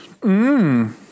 Mmm